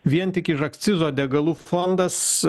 vien tik iš akcizo degalų fondas